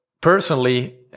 personally